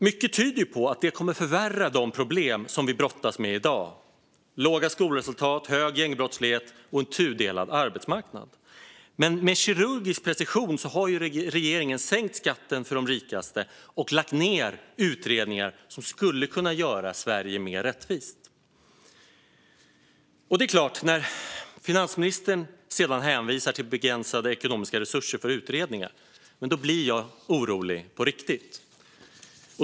Mycket tyder på att det kommer att förvärra de problem som vi brottas med i dag: låga skolresultat, hög gängbrottslighet och en tudelad arbetsmarknad. Men med kirurgisk precision har regeringen sänkt skatten för de rikaste och lagt ned utredningar som skulle kunna göra Sverige mer rättvist. När finansministern hänvisar till begränsade ekonomiska resurser för utredningar blir jag orolig på riktigt.